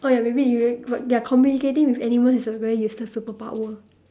oh ya they will but ya communicating with animals is a very useless superpower